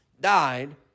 died